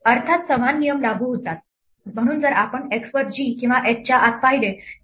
अर्थात समान नियम लागू होतात म्हणून जर आपण x वर g किंवा h च्या आत पाहिले तर